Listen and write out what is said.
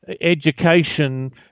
education